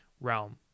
realm